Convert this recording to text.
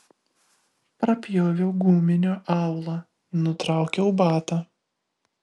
prapjoviau guminio aulą nutraukiau batą